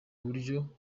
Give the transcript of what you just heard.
buryo